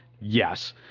yes